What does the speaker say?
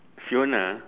fiona